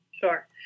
Sure